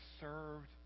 served